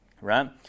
Right